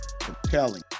compelling